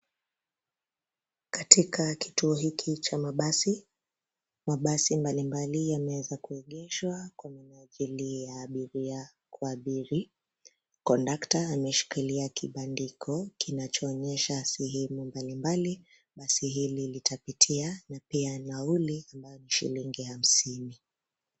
Katika kituo hiki cha mabasi, mabasi mbalimbali yameweza kuegeshwa kwa minajili ya abiria kuabiri. Kondakta ameshikilia kibandiko kinachoonyesha sehemu mbalimbali basi hili litapitia na pia nauli ambayo ni shilingi hamsini.